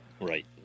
Right